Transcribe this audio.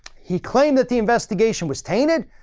he claimed that the investigation was tainted,